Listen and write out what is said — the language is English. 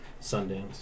Sundance